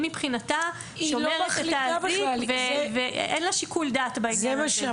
היא מבחינתה שומרת את האזיק ואין לה שיקול דעת בעניין הזה.